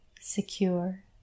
secure